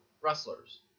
wrestlers